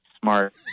smart